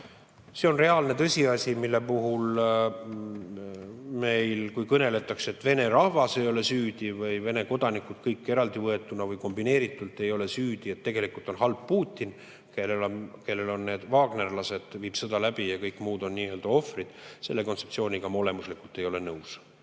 See on reaalne tõsiasi. Ja kui kõneldakse, et vene rahvas ei ole süüdi või Vene kodanikud kõik eraldi võetuna või kombineeritult ei ole süüdi, et tegelikult on halb Putin, kellel on need wagnerlased ja kes viib seda läbi, ja kõik muud on nii-öelda ohvrid – selle kontseptsiooniga ma olemuslikult ei ole nõus. On